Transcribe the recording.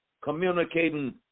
communicating